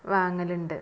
വാങ്ങലുണ്ട്